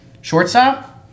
Shortstop